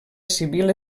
civil